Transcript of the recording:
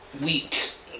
Weeks